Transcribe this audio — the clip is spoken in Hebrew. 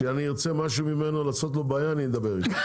כשאני ארצה לעשות לו בעיות אני אדבר איתך.